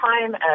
time